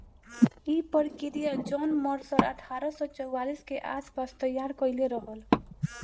इ प्रक्रिया John Mercer अठारह सौ चौवालीस के आस पास तईयार कईले रहल